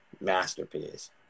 masterpiece